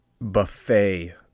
buffet